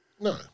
No